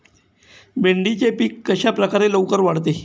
भेंडीचे पीक कशाप्रकारे लवकर वाढते?